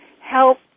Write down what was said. Help